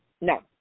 No